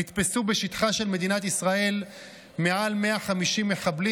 נתפסו בשטחה של מדינת ישראל מעל 150 מחבלים,